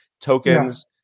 tokens